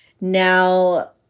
now